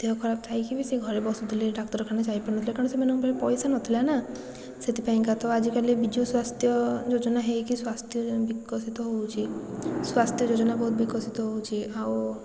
ଦେହ ଖରାପ ଥାଇକି ବି ସେ ଘରେ ବସୁଥିଲେ ଡାକ୍ତରଖାନା ଯାଇପାରୁ ନଥିଲେ କାରଣ ସେମାନଙ୍କ ପାଖରେ ପଇସା ନଥିଲା ନା ସେଥିପାଇଁକା ତ ଆଜିକାଲି ବିଜୁ ସ୍ୱାସ୍ଥ୍ୟ ଯୋଜନା ହେଇକି ସ୍ୱାସ୍ଥ୍ୟ ବିକଶିତ ହେଉଛି ସ୍ୱାସ୍ଥ୍ୟ ଯୋଜନା ବହୁତ ବିକଶିତ ହେଉଛି ଆଉ